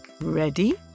Ready